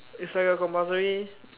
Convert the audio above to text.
it's like a compulsory